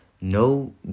no